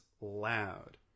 loud